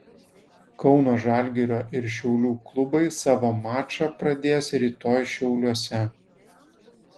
kauno žalgirio ir šiaulių klubai savo mačą pradės rytoj šiauliuose